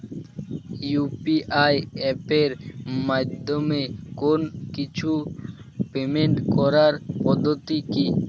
UPI এপের মাধ্যমে কোন কিছুর পেমেন্ট করার পদ্ধতি কি?